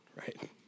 right